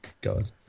God